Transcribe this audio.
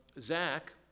Zach